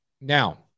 Now